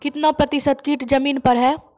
कितना प्रतिसत कीट जमीन पर हैं?